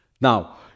Now